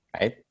right